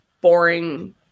boring